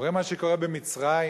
קורה מה שקורה במצרים,